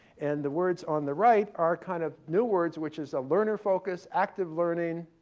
and the words on the right are kind of new words, which is a learner focused, active learning,